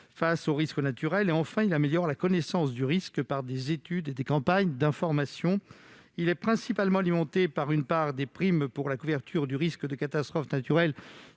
face aux risques naturels. Enfin, il améliore la connaissance du risque par des études et des campagnes d'information. Il est principalement alimenté par une part des primes pour la couverture du risque de catastrophe naturelle